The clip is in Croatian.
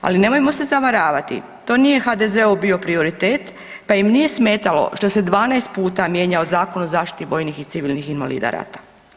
Ali nemojmo se zavaravati to nije HDZ-ov bio prioritet pa im nije smetalo što se 12 puta mijenjao Zakon o zaštiti vojnih i civilnih invalida rada.